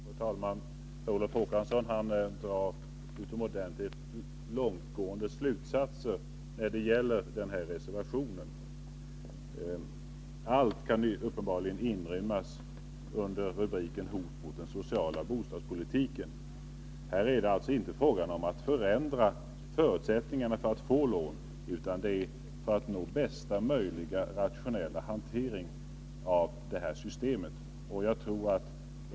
Fru talman! Per Olof Håkansson drar utomordentligt långtgående slutsatser när det gäller denna reservation. Allt kan uppenbarligen inrymmas under rubriken hot mot den sociala bostadspolitiken. Här är det inte fråga om att förändra förutsättningarna för att få lån, utan det gäller att nå bästa möjliga rationella hantering av detta system.